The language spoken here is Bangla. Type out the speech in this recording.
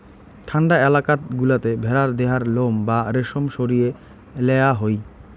ঠান্ডা এলাকাত গুলাতে ভেড়ার দেহার লোম বা রেশম সরিয়ে লেয়া হই